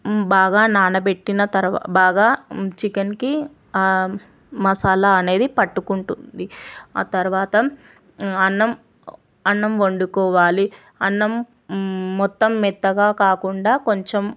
బాగా నానబెట్టిన తరువా బాగా చికెన్కి మాసాల అనేది పట్టుకుంటుంది ఆతర్వాత అన్నం అన్నము వండుకోవాలి అన్నం మొత్తం మెత్తగా కాకుండ కొంచెం